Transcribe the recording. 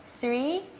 three